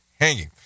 hanging